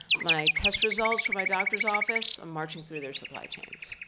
my test results from my doctor's office, i'm marching through their supply chains.